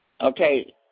Okay